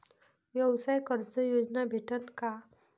व्यवसाय कर्ज योजना भेटेन का?